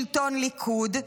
שלטון ליכוד,